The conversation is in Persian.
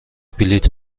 بلیط